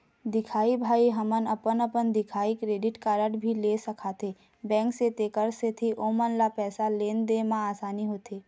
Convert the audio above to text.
दिखाही भाई हमन अपन अपन दिखाही क्रेडिट कारड भी ले सकाथे बैंक से तेकर सेंथी ओमन ला पैसा लेन देन मा आसानी होथे?